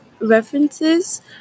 References